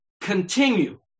continue